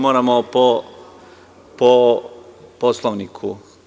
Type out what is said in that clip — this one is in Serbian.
Moramo po Poslovniku.